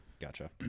Gotcha